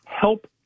help